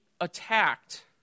attacked